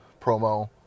promo